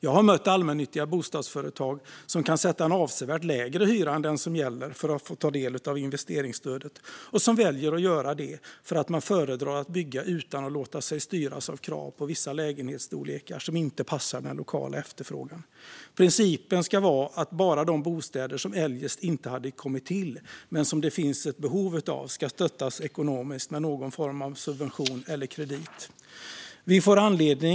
Jag har mött allmännyttiga bostadsföretag som kan sätta en avsevärt lägre hyra än den som gäller för att få ta del av investeringsstödet och som väljer att göra det för att de föredrar att bygga utan att låta sig styras av krav på vissa lägenhetsstorlekar som inte passar den lokala efterfrågan. Principen ska vara att bara de bostäder som eljest inte hade kommit till men som det finns ett behov av ska stöttas ekonomiskt med någon form av subvention eller kredit. Herr talman!